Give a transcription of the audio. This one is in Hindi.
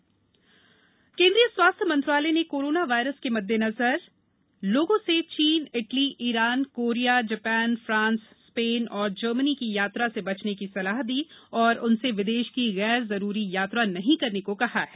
कोरोना सलाह केन्द्रीय स्वास्थ्य मंत्रालय ने कोरोना वायरस के मद्देनजर लोगों से चीन Italy Iran Korea Japan France Spain और जर्मनी की यात्रा से बचने की सलाह दी और उनसे विदेश की गैर जरूरी यात्रा नहीं करने को कहा है